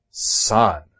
Son